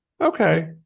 okay